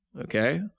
okay